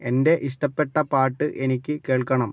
എന്റെ ഇഷ്ടപ്പെട്ട പാട്ട് എനിക്ക് കേള്ക്കണം